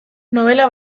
nobela